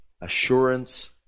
assurance